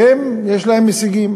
ויש להם הישגים,